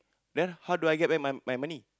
then how do I get my my money